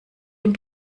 dem